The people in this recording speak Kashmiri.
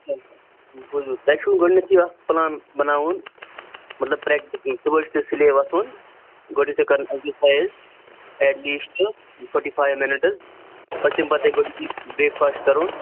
بوٗزِو تُہۍ چھِوٕ گۅڈٕنیٚتھ یہِ اکھ پُلان بَناوُن مطلب پرٛیکٹٕس ہُنٛد صُبحے چھُو تۅہہِ سُلے وۅتھُن گۅڈٕنیٚتھٕے کٔرُن exercise at least forty five minutes پَتہٕ تَمہِ پَتے گوٚو برٛیک فاسٹہٕ کٔرُن